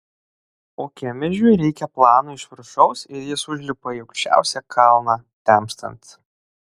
o kemežiui reikia plano iš viršaus ir jis užlipa į aukščiausią kalną temstant